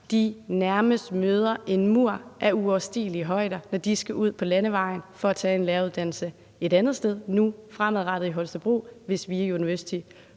nærmest møder en mur af uoverstigelige højder, når de skal ud på landevejen for at tage en læreruddannelse et andet sted, nu fremadrettet i Holstebro, hvis VIA University